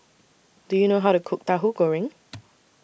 Do YOU know How to Cook Tahu Goreng